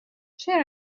چرا